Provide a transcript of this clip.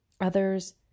Others